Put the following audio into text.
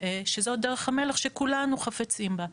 שזו דרך המלך שכולנו חפצים בה.